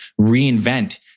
reinvent